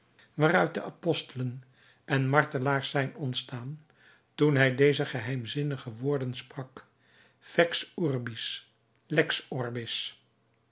waaruit de apostelen en martelaars zijn ontstaan toen hij deze geheimzinnige woorden sprak fex urbis lex orbis